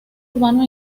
urbano